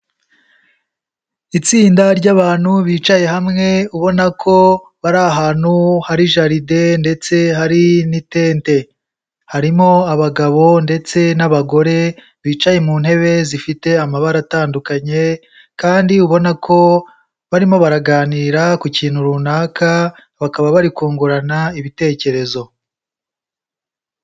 Itsinda ry'abantu bicaye hamwe ubona ko bari ahantu hari jaride ndetse hari n'itente, harimo abagabo ndetse n'abagore bicaye mu ntebe zifite amabara atandukanye kandi ubona ko barimo baraganira ku kintu runaka bakaba bari kungurana ibitekerezo.